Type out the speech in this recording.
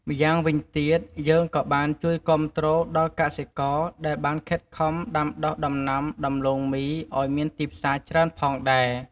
ម្យ៉ាងវិញទៀត យើងក៏បានជួយគាំទ្រដល់កសិករ ដែលបានខិតខំដាំដុះដំណាំដំទ្បូងមីឱ្យមានទីផ្សារច្រើនផងដែរ។